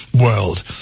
world